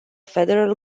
federal